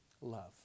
love